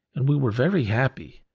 and we were very happy.